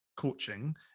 coaching